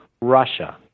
Russia